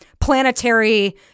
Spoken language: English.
planetary